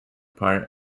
part